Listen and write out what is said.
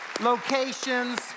locations